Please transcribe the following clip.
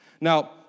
Now